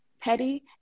petty